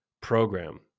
program